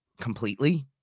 completely